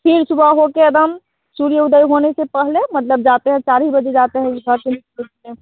फिर सुबह हो कर एदम सूर्य उदय होने से पहले मतलब जाते हैं चार ही बजे जाते हैं